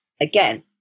again